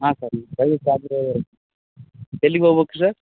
ಹಾಂ ಸರ್ ಬರ್ಲಿಕ್ಕೆ ಆದರೆ ಎಲ್ಲಿಗೆ ಹೋಗಬೇಕು ಸರ್